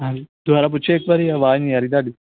ਹਾਂਜੀ ਦੁਬਾਰਾ ਪੁੱਛਿਓ ਇੱਕ ਵਾਰੀ ਆਵਾਜ਼ ਨਹੀਂ ਆ ਰਹੀ ਤੁਹਾਡੀ